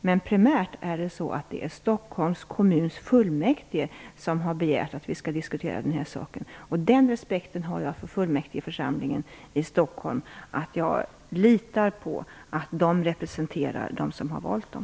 Men primärt är det Stockholms kommuns fullmäktige som har begärt att vi skall diskutera den här saken. Jag har den respekten för fullmäktigeförsamlingen i Stockholm att jag litar på att de representerar dem som har valt dem.